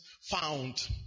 found